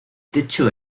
techo